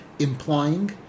implying